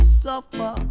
suffer